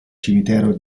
cimitero